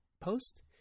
post